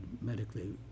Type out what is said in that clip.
medically